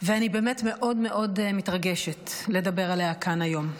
באמת מאוד מאוד מתרגשת לדבר עליה כאן היום.